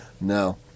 No